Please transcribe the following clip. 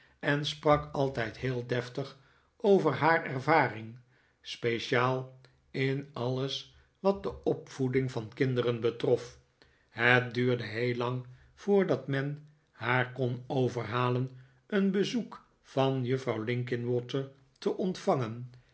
en sprak altijd heel deftig over haar ervaring speciaal in alles wat de opvoeding van kinderen betrof het duurde heel lang voordat men haar kon overhalen een bezoek van juffrouw linkinwater te ontvangen